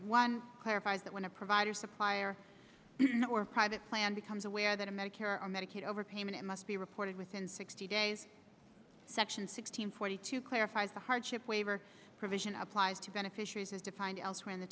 one clarified that when a provider supplier or private plan becomes aware that a medicare or medicaid overpayment must be reported within sixty days section six hundred forty two clarifies the hardship waiver provision applies to beneficiaries as defined elsewhere in the